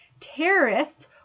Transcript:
terrorists